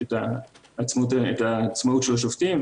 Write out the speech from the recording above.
את העצמאות של השופטים.